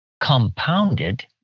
compounded